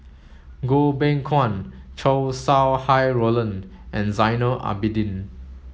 Goh Beng Kwan Chow Sau Hai Roland and Zainal Abidin